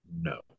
No